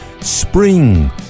spring